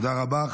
תודה רבה.